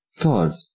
God